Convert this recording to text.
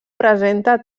presenta